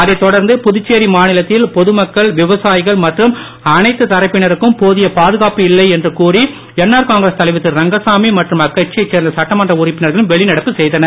அதை தொடர்ந்து புதுச்சேரி மாநி த்தில் பொது மக்கள் விவசாயிகள் மற்றும் அனைத்து தரப்பினருக்கும் போதிய பாதுகாப்பு இல்லை என்று கூறி என்ஆர் காங்கிரஸ் தைவர் திரு ரங்கசாமி மற்றும் அக்கட்சியை சேர்ந்த சட்டமன்ற உறுப்பினர்களும் வெளிநடப்பு செய்தனர்